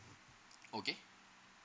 okay